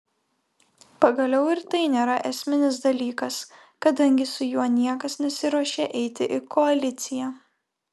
pagaliau ir tai nėra esminis dalykas kadangi su juo niekas nesiruošia eiti į koaliciją